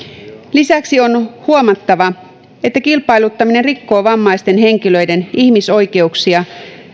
lisäksi on huomattava että kilpailuttaminen rikkoo vammaisten henkilöiden ihmisoikeuksia